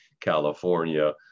California